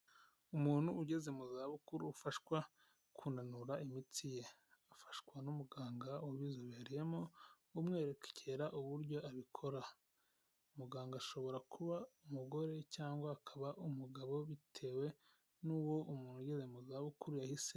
Umuntu ugeze mu za bukuru ufashwa kunanura imitsi ye afashwa n'umuganga uzobereyemo umwerekera uburyo abikora muganga ashobora kuba umugore cyangwa akaba umugabo bitewe n'uwo muntu ugeze mu zabukuru yahisemo.